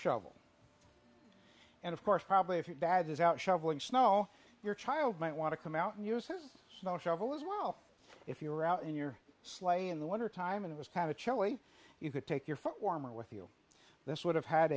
shovel and of course probably if your dad is out shoveling snow your child might want to come out and use his snow shovel as well if you were out in your sleigh in the winter time and it was kind of chilly you could take your foot warmer with you this would have had